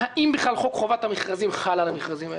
האם חוק חובת המכרזים בכלל חל על המכרזים האלה?